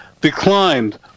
declined